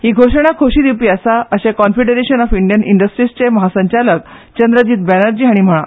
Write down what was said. ही घोषणा खोशी दिवपी आसा अशे कॉन्फीडरेशन ऑफ इंडियन इंडस्ट्रीजचे महासंचालक चंद्रजित बॅनर्जी हाणी म्हळे